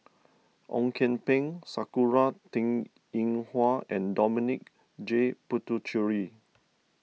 Ong Kian Peng Sakura Teng Ying Hua and Dominic J Puthucheary